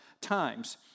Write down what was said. Times